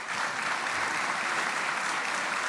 (חותם